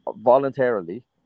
Voluntarily